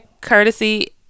courtesy